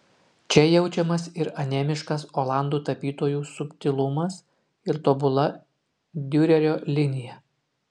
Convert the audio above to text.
čia jaučiamas ir anemiškas olandų tapytojų subtilumas ir tobula diurerio linija